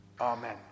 Amen